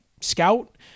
scout